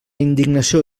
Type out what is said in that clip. indignació